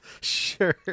Sure